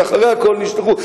שאחרי הכול נשלחו,